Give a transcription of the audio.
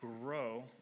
grow